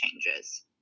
changes